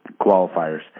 qualifiers